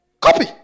Copy